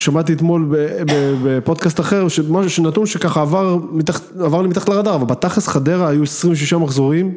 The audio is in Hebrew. שמעתי אתמול בפודקאסט אחר משהו שנתון שככה עבר לי מתחת לרדר אבל בתכלס חדרה היו 26 מחזורים